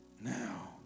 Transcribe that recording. now